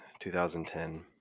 2010